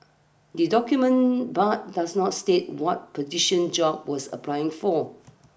the document but does not state what position job was applying for